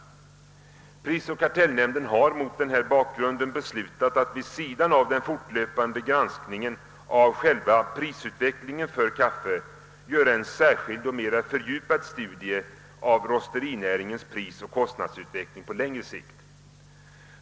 Prisoch kartellnämnden har mot denna bakgrund beslutat att vid sidan av den fortlöpande granskningen av prisutvecklingen för kaffe göra en särskild, mer fördjupad studie av rosterinäringens prisoch kostnadsutveckling på längre sikt.